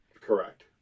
Correct